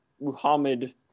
Muhammad